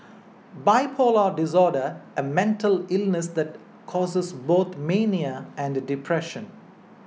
bipolar disorder a mental illness that causes both mania and depression